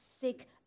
sick